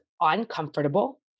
uncomfortable